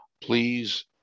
please